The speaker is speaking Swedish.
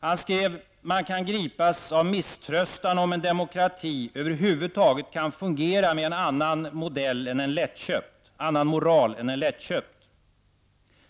Han skrev: ''Man kan gripas av misströstan om en demokrati över huvud taget kan fungera med en annan moral än en lättköpt --''.